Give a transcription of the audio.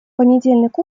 понедельник